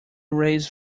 raised